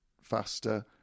faster